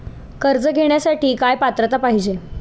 कर्ज घेण्यासाठी काय पात्रता पाहिजे?